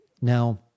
Now